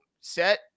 set